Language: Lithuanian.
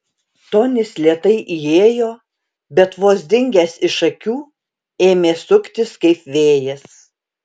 tonis lėtai įėjo bet vos dingęs iš akių ėmė suktis kaip vėjas